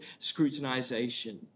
scrutinization